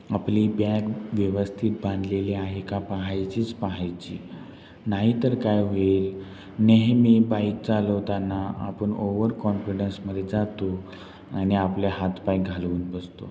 आपली बॅग व्यवस्थित बांधलेली आहे का पाहायचीच पाहायची नाहीतर काय होईल नेहमी बाईक चालवताना आपण ओव्हर कॉन्फिडन्समध्ये जातो आणि आपल्या हातपाय घालून बसतो